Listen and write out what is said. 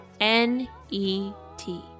N-E-T